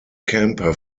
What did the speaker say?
camper